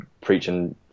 preaching